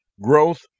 Growth